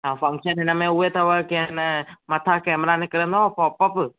हा फ़ंक्शन हिनमें उहे अथव के ए न मथां कैमेरा निकिरंदो आहे पॉप पॉप